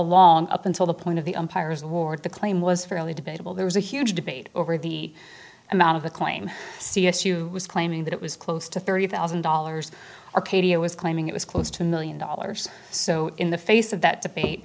along up until the point of the umpire's award the claim was fairly debatable there was a huge debate over the amount of the claim c s u was claiming that it was close to thirty thousand dollars arcadia was claiming it was close to a million dollars so in the face of that debate